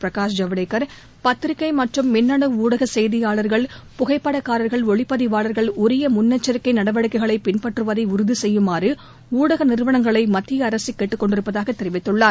பிரகாஷ் ஜவ்டேகர் பத்திரிக்கை மற்றும் மின்னனு ஊடக செய்தியாளர்கள் புகைப்படக்காரர்கள் ஒளிப்பதிவாளர்கள் உரிய முன்னேச்சிக்கை நடவடிக்கைகளை பின்பற்றுவதை உறுதி செய்யுமாறு ஊடக நிறுவனங்களை மத்திய அரசு கேட்டுக் கொண்டிருப்பதாக தெரிவித்துள்ளார்